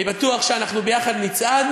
אני בטוח שאנחנו ביחד נצעד